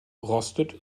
rostet